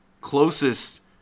closest